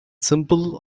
simple